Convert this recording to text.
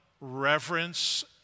reverence